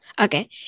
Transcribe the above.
Okay